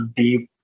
deep